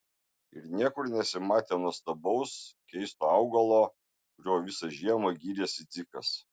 ir niekur nesimatė nuostabaus keisto augalo kuriuo visą žiemą gyrėsi dzikas